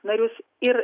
narius ir